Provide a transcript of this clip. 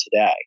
today